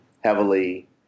heavily